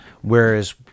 whereas